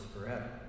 forever